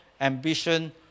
ambition